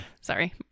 Sorry